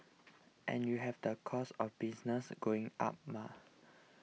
and you have the costs of business going up mah